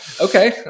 okay